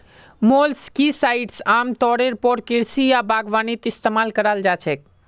molluscicides आमतौरेर पर कृषि या बागवानीत इस्तमाल कराल जा छेक